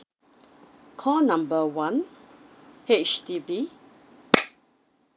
call number one H_D_B